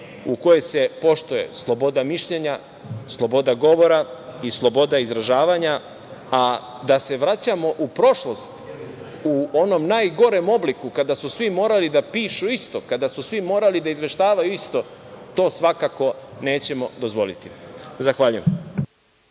u kojem se poštuje sloboda mišljenja, sloboda govora i sloboda izražavanja, a da se vraćamo u prošlost, u onom najgorem obliku kada su svi morali da pišu isto, kada su svi morali da izveštavaju isto, to svakako nećemo dozvoliti. Zahvaljujem.